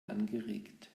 angeregt